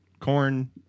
corn